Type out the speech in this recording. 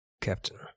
Captain